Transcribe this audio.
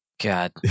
God